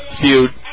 feud